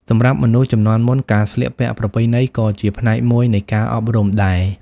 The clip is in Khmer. សម្រាប់មនុស្សជំនាន់មុន ការស្លៀកពាក់ប្រពៃណីក៏ជាផ្នែកមួយនៃការអប់រំដែរ។